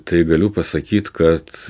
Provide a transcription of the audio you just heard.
tai galiu pasakyt kad